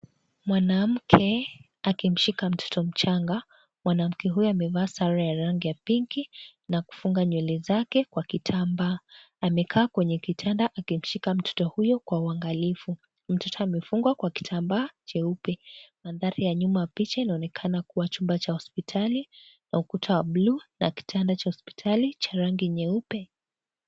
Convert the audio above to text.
Mwanamke akimshika mtoto mchanga. Mwanamke huyu amevaa sare ya rangi ya pinki na kufunga nywele zake kwa kitambaa. Amekaa kwenye kitanda akimshika mtoto huyo kwa uangalifu. Mtoto amefungwa kwa kitambaa jeupe. Maandhari ya nyuma ya picha inaonekana kuwa chumba cha hospitali na ukuta wa bluu na kitanda cha hospitali cha rangi nyeupe.